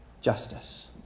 justice